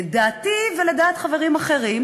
לדעתי ולדעת חברים אחרים,